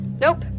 Nope